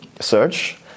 search